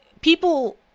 people